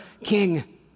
king